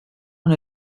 una